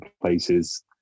places